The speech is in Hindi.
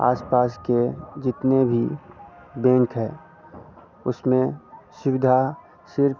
आस पास के जितने भी बेंक है उसमें सुविधा सिर्फ